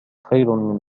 خير